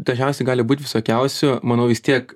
dažniausiai gali būt visokiausių manau vis tiek